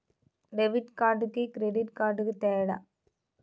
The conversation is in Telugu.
డెబిట్ కార్డుకి క్రెడిట్ కార్డుకి తేడా?